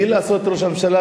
ראש הממשלה,